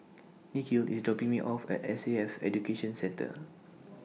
Nikhil IS dropping Me off At S A F Education Centre